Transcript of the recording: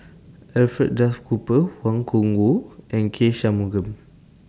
Alfred Duff Cooper Wang Gungwu and K Shanmugam